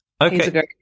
Okay